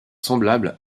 semblable